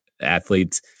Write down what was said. athletes